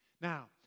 Now